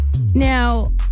Now